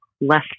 less